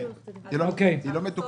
היא לא מתוקצבת.